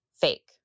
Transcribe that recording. fake